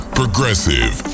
progressive